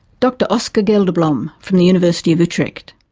dr oscar gelderblom, from the university of utrecht.